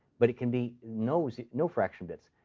but it can be no so no fraction bits.